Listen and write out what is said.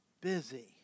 busy